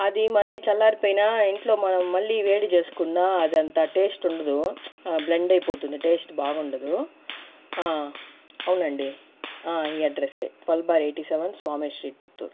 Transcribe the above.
అది మళ్ళీ చల్లారిపోయినా ఇంట్లో మనం మళ్ళీ వేడి చేసుకున్న అదంతా టేస్ట్ ఉండదు బ్లెండ్ అయిపోతుంది టేస్ట్ బాగుండదు అవునండి ఈ అడ్రస్సే twelve bar eighty seven Swami street Puttur